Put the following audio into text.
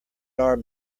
are